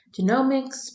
genomics